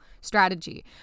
strategy